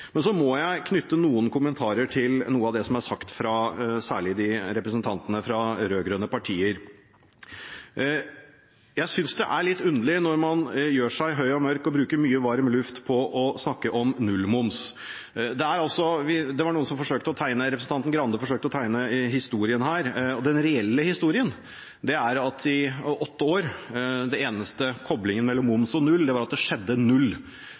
Så må jeg knytte noen kommentarer til noe av det som er sagt, særlig fra representantene fra rød-grønne partier. Jeg synes det er litt underlig at man gjør seg høy og mørk og bruker mye varm luft på å snakke om nullmoms, og representanten Grande forsøkte å tegne historien her. Den reelle historien er at i åtte år med den rød-grønne regjeringen var den eneste koblingen mellom moms og null at det skjedde null. På to år med denne regjeringen var nullmoms en realitet. Så er det